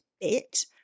bit